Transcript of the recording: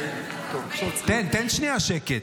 תן שנייה שקט.